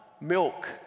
milk